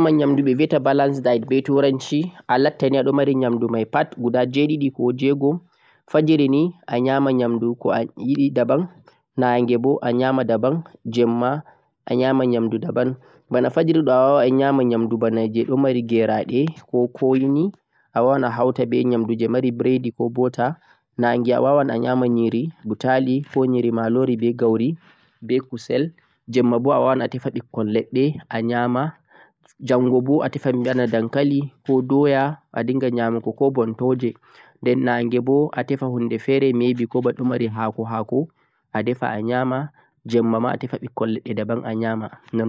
Ta'aayiɗe a nyama nyamdu je balance diet nii latta aɗon mari nyamdu mai pat guda jweego. Adinga sanjugo, fajira a nyama daban, naàge a nyama daban sai jemma bo a nyama daban. Adinga sanjugo nyamdu mai